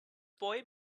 boy